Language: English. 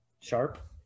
Sharp